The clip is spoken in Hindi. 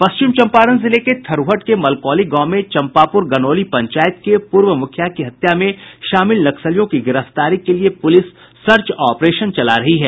पश्चिम चंपारण जिले के थरूहट के मलकौली गांव में चंपापुर गनौली पंचायत के पूर्व मुखिया की हत्या में शामिल नक्सलियों की गिरफ्तारी के लिए पूलिस सर्च ऑपरेशन चला रही है